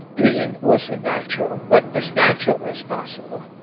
really, it wasn't natural. but as natural as possible